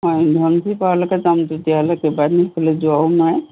মই ধনশিৰি পাৰলৈকে যাম তেতিয়াহ'লে কেইবাদিনো সেইফালে যোৱাও নাই